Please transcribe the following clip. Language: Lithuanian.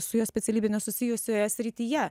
su jo specialybė nesusijusioje srityje